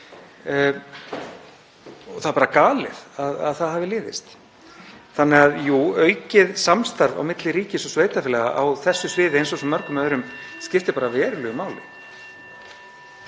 Það er bara galið að það hafi liðist. Þannig að jú, aukið samstarf á milli ríkis og sveitarfélaga á þessu sviði (Forseti hringir.) eins og svo mörgum öðrum skiptir verulegu máli.